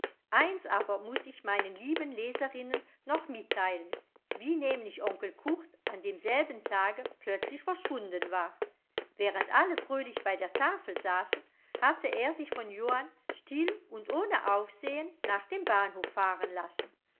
eins aber muß ich meinen lieben leserinnen noch mitteilen wie nämlich onkel curt an demselben tage plötzlich verschwunden war während alle fröhlich bei der tafel saßen hatte er sich von johann still und ohne aufsehen nach dem bahnhof fahren lassen